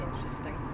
Interesting